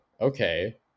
okay